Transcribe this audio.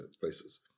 places